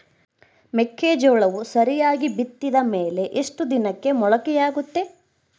ಮೆಕ್ಕೆಜೋಳವು ಸರಿಯಾಗಿ ಬಿತ್ತಿದ ಮೇಲೆ ಎಷ್ಟು ದಿನಕ್ಕೆ ಮೊಳಕೆಯಾಗುತ್ತೆ?